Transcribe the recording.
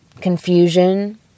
confusion